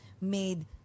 made